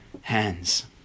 hands